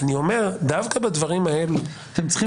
דווקא בדברים האלו --- אתם צריכים